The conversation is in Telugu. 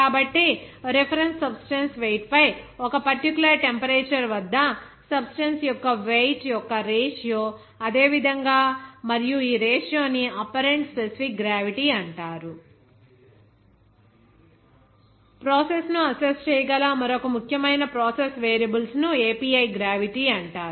కాబట్టి రిఫరెన్స్ సబ్స్టెన్సుస్ వెయిట్ పై ఒక పర్టిక్యులర్ టెంపరేచర్ వద్ద సబ్స్టెన్స్ యొక్క వెయిట్ యొక్క రేషియో అదే విధంగా మరియు ఈ రేషియో ని అప్పరెంట్ స్పెసిఫిక్ గ్రావిటీ అంటారు ప్రాసెస్ ను అస్సెస్స్ చేయగల మరొక ముఖ్యమైన ప్రాసెస్ వేరియబుల్స్ ను API గ్రావిటీ అంటారు